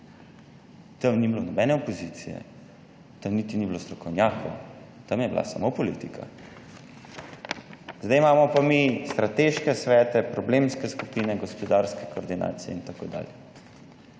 Tam ni bilo nobene opozicije, tam niti ni bilo strokovnjakov. Tam je bila samo politika. Zdaj imamo pa mi strateške svete, problemske skupine, gospodarske koordinacije, itd.